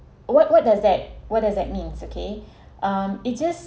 what what does that what does that means okay um it just